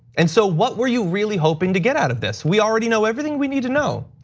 and so what were you really hoping to get out of this? we already know everything we need to know.